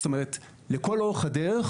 זאת אומרת, לכל אורך הדרך